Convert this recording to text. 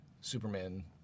Superman